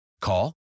Call